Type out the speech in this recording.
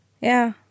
Yeah